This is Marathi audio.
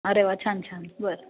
अरे वा छान छान बरं